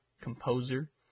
composer